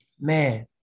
man